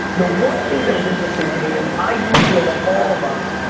the one thing that is interesting to me, is i do feel that all of us,